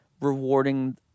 rewarding